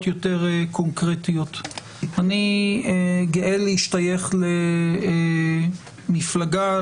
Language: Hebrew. יותר קונקרטיות: אני גאה להשתייך למפלגה,